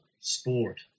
sport